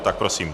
Tak prosím.